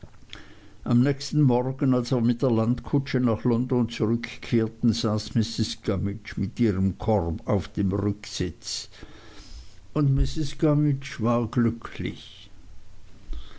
am nächsten morgen als wir mit der landkutsche nach london zurückkehrten saß mrs gummidge mit ihrem korb auf dem rücksitz und mrs gummidge war glücklich